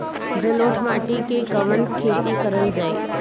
जलोढ़ माटी में कवन खेती करल जाई?